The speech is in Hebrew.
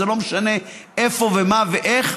לא משנה איפה ומה ואיך,